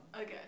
Okay